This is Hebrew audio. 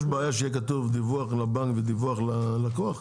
בעיה שיהיה כתוב דיווח לבנק ודיווח ללקוח?